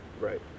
Right